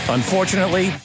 Unfortunately